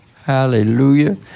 hallelujah